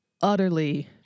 utterly